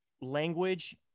language